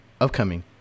upcoming